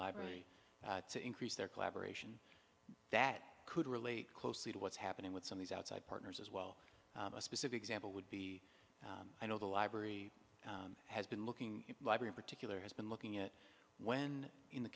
library to increase their collaboration that could relate closely to what's happening with some these outside partners as well a specific example would be i know the library has been looking library particular has been looking at when in the